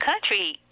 country